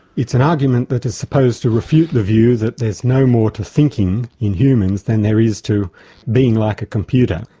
it's an argument that is supposed to refute the view that there's no more to thinking in humans than there is to being like a computer.